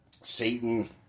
Satan